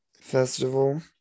festival